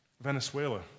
Venezuela